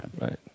Right